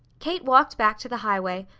kate walked back to the highway,